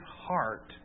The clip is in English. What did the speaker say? heart